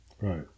Right